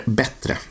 bättre